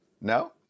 No